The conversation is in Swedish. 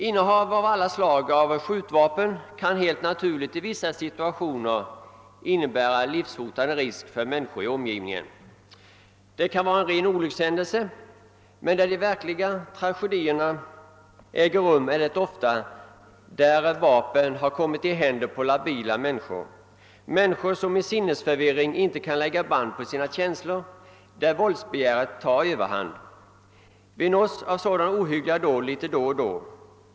Innehav av alla slag av skjutvapen kan helt naturligt i vissa situationer innebära livshotande risk för människor 1 omgivningen. Det kan uppstå rena olyckshändelser, men när de verkliga tragedierna äger rum har vapen ofta kommit i händerna på labila människor, som i sinnesförvirrat tillstånd inte kan lägga band på sina känslor, varvid våldsbegäret tar överhand. Vi nås då och då av rapporter om sådana ohyggliga dåd.